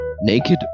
Naked